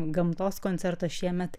gamtos koncertas šiemet